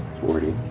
forty,